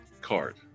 card